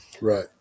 Right